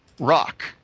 Rock